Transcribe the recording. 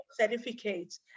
certificates